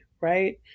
right